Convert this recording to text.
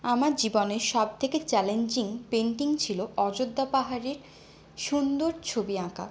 আমার জীবনে সব থেকে চ্যালেঞ্জিং পেন্টিং ছিল অযোধ্যা পাহাড়ের সুন্দর ছবি আঁকা